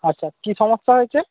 আচ্ছা কী সমস্যা হয়েছে